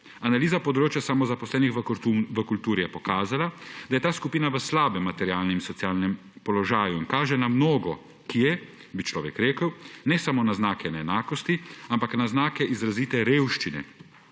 »Analiza področja samozaposlenih v kulturi je pokazala, da je ta skupina v slabem materialnem in socialnem položaju in kaže mnogokje, bi človek rekel, ne samo na znake neenakosti, ampak na znake izrazite revščine.